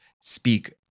Speak